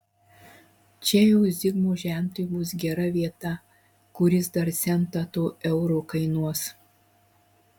čia jau zigmo žentui bus gera vieta kuris dar centą to euro kainuos